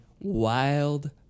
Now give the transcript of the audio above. Wild